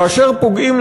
כאשר פוגעים,